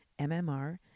MMR